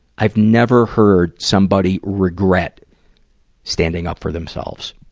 i've never heard somebody regret standing up for themselves.